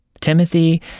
Timothy